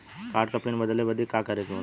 Card क pin बदले बदी का करे के होला?